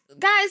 Guys